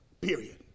period